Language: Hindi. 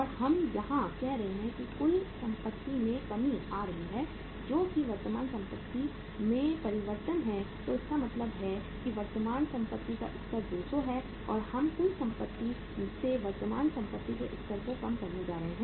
और हम यहां कह रहे हैं कि कुल संपत्ति में कमी आ रही है जो कि वर्तमान संपत्ति में परिवर्तन है तो इसका मतलब है कि वर्तमान संपत्ति का स्तर 200 है और हम कुल संपत्ति से वर्तमान संपत्ति के स्तर को कम करने जा रहे हैं